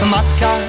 Matka